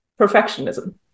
perfectionism